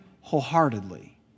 wholeheartedly